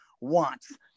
wants